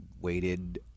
waited